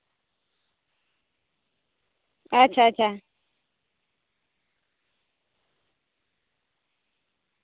ᱟᱪᱪᱷᱟ ᱟᱪᱪᱷᱟ